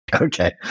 okay